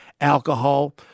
alcohol